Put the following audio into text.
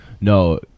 No